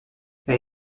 elle